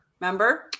Remember